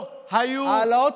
לא היו, העלאות